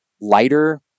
lighter